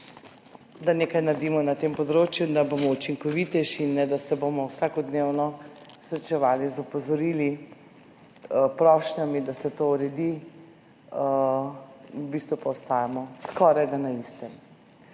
da nekaj naredimo na tem področju, da bomo učinkovitejši, in ne, da se bomo vsakodnevno srečevali z opozorili, prošnjami, da se to uredi, v bistvu pa ostajamo skorajda na istem.